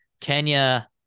Kenya